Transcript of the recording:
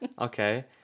Okay